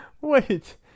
Wait